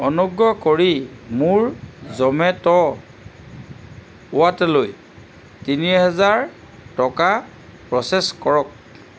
অনুগ্ৰহ কৰি মোৰ জ'মেট' ৱালেটলৈ তিনি হাজাৰ টকা প্ৰ'চেছ কৰক